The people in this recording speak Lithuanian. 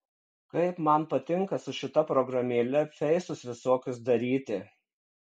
kaip man patinka su šita programėle feisus visokius daryti